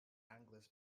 anglers